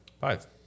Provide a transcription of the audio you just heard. Five